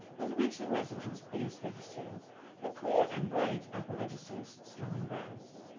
with rich and resonant bass registers but clear and bright upper registers strung in brass.